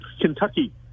Kentucky